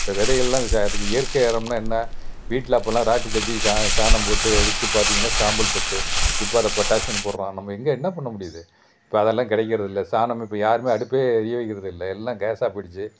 இப்போ விதைகள்லாம் இயற்கை உரம்னா என்ன வீட்டில் அப்போல்லாம் ராட்டி தட்டி சாணம் போட்டு எரித்து பார்த்தீங்கன்னா சாம்பல் சத்து இப்போ அதை பொட்டாஷியம்னு போடுறான் நம்ம எங்கே என்ன பண்ண முடியுது இப்போ அதெல்லாம் கிடைக்கிறதில்ல சாணம் இப்போ யாரும் அடுப்பை எரிய வைக்கிறதில்லை எல்லாம் கேஸாக போய்டுச்சு